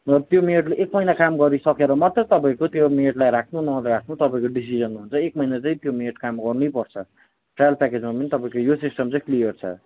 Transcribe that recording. त्यो मेडले एक महिना काम गरिसकेर मात्रै तपाईँको त्यो मेडलाई राख्नु नराख्नु तपाईँको डिसिजन हुन्छ एक महिना चाहिँ त्यो मेड काम गर्नै पर्छ ट्रायल प्याकेजमा पनि तपाईँको यो सिस्टम चाहिँ क्लियर छ